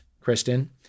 Kristen